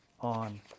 on